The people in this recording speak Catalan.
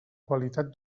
qualitat